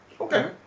Okay